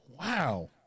Wow